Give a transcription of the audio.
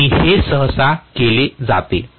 आणि हे सहसा केले जाते